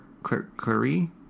Clarie